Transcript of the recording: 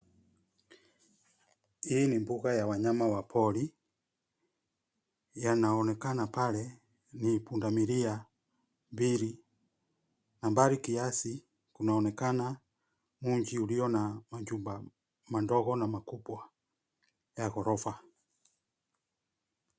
Hii ni mbuga ya wanyama wa pori. Yanaonekana pale ni punda milia mbili na mbali kiasi kunaonekana mji ulio na majumba madogo na makubwa ya ghorofa.